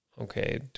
okay